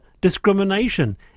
discrimination